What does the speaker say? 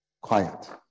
Quiet